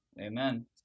Amen